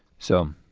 so.